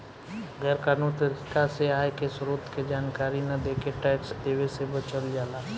गैर कानूनी तरीका से आय के स्रोत के जानकारी न देके टैक्स देवे से बचल जाला